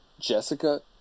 Jessica